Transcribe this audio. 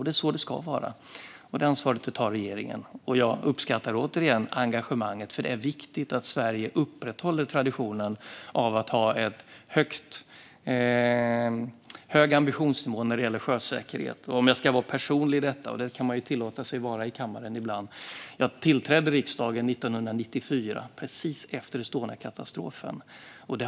Det är så det ska vara, och detta ansvar tar regeringen. Jag vill återigen säga att jag uppskattar engagemanget, för det är viktigt att Sverige upprätthåller traditionen av en hög ambitionsnivå när det gäller sjösäkerhet. Om jag ska vara personlig här, och det får man ju tillåta sig att vara i kammaren ibland, tillträdde jag riksdagen 1994, precis efter Estoniakatastrofen.